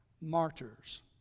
martyrs